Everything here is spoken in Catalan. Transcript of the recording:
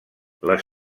les